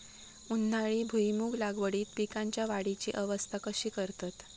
उन्हाळी भुईमूग लागवडीत पीकांच्या वाढीची अवस्था कशी करतत?